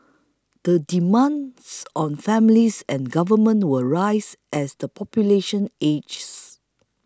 the demands on families and government will rise as the population ages